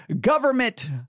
government